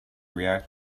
react